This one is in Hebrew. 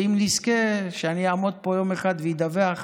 ואם נזכה שאני אעמוד פה יום אחד ואדווח